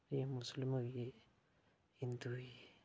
एह् मुस्लिम होई गे हिंदू होई गे